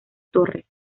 torres